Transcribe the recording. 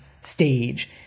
stage